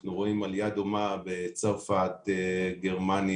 אנחנו רואים עלייה דומה בצרפת, גרמניה,